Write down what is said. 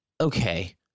okay